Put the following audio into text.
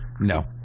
No